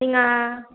நீங்கள்